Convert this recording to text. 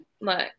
Look